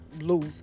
lose